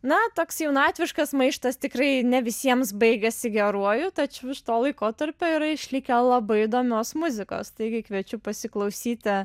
na toks jaunatviškas maištas tikrai ne visiems baigėsi geruoju tačiau iš to laikotarpio yra išlikę labai įdomios muzikos taigi kviečiu pasiklausyti